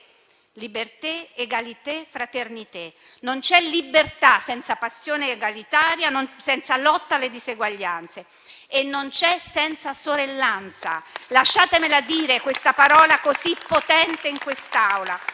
*liberté, égalité, fraternité*. Non c'è libertà senza passione legalitaria, senza lotta alle diseguaglianze. E non c'è senza sorellanza; lasciatemela dire questa parola, così potente, in quest'Aula.